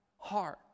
Heart